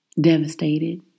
devastated